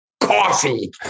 coffee